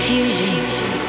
Fusion